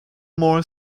more